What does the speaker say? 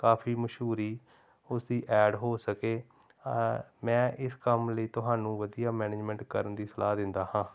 ਕਾਫੀ ਮਸ਼ਹੂਰੀ ਉਸ ਦੀ ਐਡ ਹੋ ਸਕੇ ਮੈਂ ਇਸ ਕੰਮ ਲਈ ਤੁਹਾਨੂੰ ਵਧੀਆ ਮੈਨੇਜਮੈਂਟ ਕਰਨ ਦੀ ਸਲਾਹ ਦਿੰਦਾ ਹਾਂ